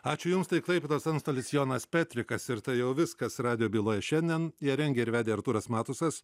ačiū jums tai klaipėdos antstolis jonas petrikas ir tai jau viskas radijo byloje šiandien ją rengė ir vedė artūras matusas